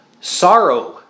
sorrow